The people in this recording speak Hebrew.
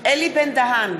אלי בן-דהן,